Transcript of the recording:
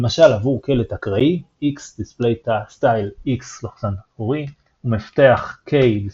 למשל עבור קלט אקראי x \displaystyle x ומפתח k \displaystyle